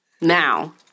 Now